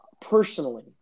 personally